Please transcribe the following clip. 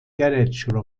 garage